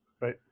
Right